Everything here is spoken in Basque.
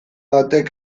batek